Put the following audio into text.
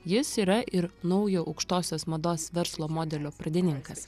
jis yra ir naujo aukštosios mados verslo modelio pradininkas